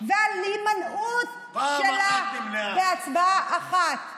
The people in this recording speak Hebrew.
נמנעה פעם אחת,